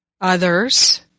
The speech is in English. others